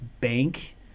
bank